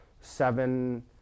seven